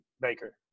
Baker